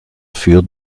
für